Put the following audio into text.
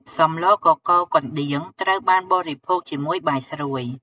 សម្លកកូរកណ្ដៀងត្រូវបានបរិភោគជាមួយបាយស្រួយ។